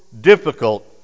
difficult